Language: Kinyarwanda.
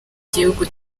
gihugu